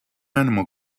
animal